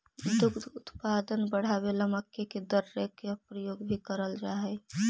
दुग्ध उत्पादन बढ़ावे ला मक्के के दर्रे का प्रयोग भी कराल जा हई